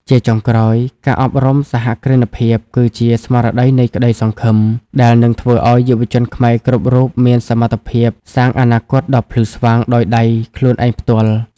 ជាចុងក្រោយ ការអប់រំសហគ្រិនភាពគឺជា "ស្មារតីនៃក្តីសង្ឃឹម" ដែលនឹងធ្វើឱ្យយុវជនខ្មែរគ្រប់រូបមានសមត្ថភាពសាងអនាគតដ៏ភ្លឺស្វាងដោយដៃខ្លួនឯងផ្ទាល់។